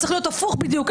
צריך להיות הפוך בדיוק,